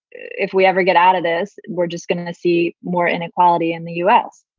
if we ever get out of this, we're just going to see more inequality in the us